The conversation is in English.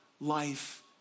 life